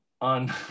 on